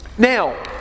Now